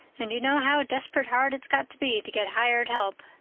and you know how desperate hard it's got to be to get hired help.